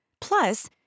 Plus